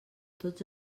tots